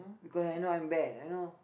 because right now I'm bad I know